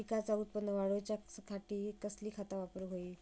पिकाचा उत्पन वाढवूच्यासाठी कसली खता वापरूक होई?